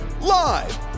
live